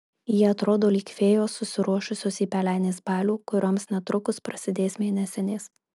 jie atrodo lyg fėjos susiruošusios į pelenės balių kurioms netrukus prasidės mėnesinės